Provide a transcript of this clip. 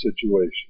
situation